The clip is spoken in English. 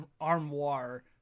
armoire